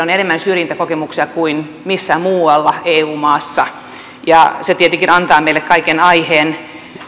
on enemmän syrjintäkokemuksia kuin missään muussa eu maassa se tietenkin antaa meille kaiken aiheen